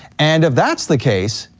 and if that's the case,